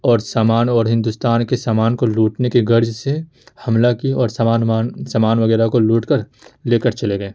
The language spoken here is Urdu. اور سامان اور ہندوستان کے سامان کو لوٹنے کی غرض سے حملہ کیے اور سامان وامان سامان وغیرہ کو لوٹ کر لے کر چلے گئے